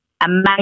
amazing